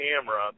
camera